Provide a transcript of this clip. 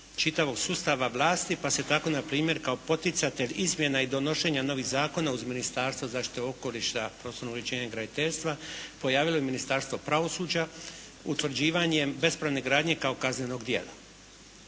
čitavog sustava vlasti, pa se tako npr. kao poticatelj izmjena i donošenja novih zakona uz Ministarstvo zaštite okoliša, prostornog uređenja i graditeljstva pojavilo i Ministarstvo pravosuđa utvrđivanjem bespravne gradnje kao kaznenog djela.